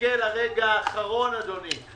מחכה לרגע האחרון, אדוני.